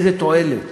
איזה תועלת,